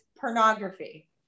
pornography